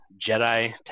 Jedi